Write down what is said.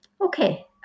Okay